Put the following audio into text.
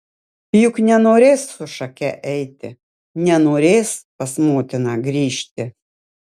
juk nenorės su šake eiti nenorės pas motiną grįžti